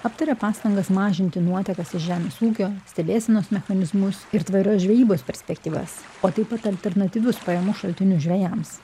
aptarė pastangas mažinti nuotekas iš žemės ūkio stebėsenos mechanizmus ir tvarios žvejybos perspektyvas o taip pat alternatyvius pajamų šaltinius žvejams